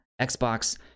xbox